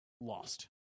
lost